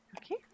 Okay